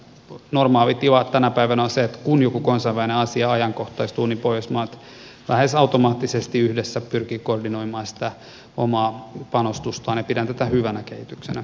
normaalitila tänä päivänä on se että kun joku kansainvälinen asia ajankohtaistuu niin pohjoismaat lähes automaattisesti yhdessä pyrkivät koordinoimaan sitä omaa panostustaan ja pidän tätä hyvänä kehityksenä